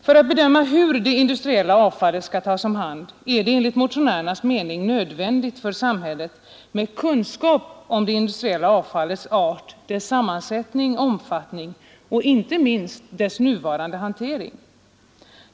För att bedöma hur det industriella avfallet skall tas om hand är det enligt motionärernas mening nödvändigt för samhället med kunskap om det industriella avfallets art, dess sammansättning, omfattning och inte minst dess nuvarande hantering.